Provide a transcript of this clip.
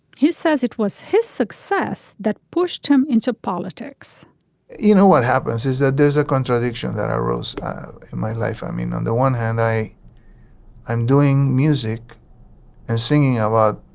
says it was his success that pushed him into politics you know what happens is that there's a contradiction that arose in my life. i mean on the one hand i am doing music and singing out loud.